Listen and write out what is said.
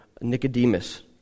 Nicodemus